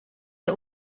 der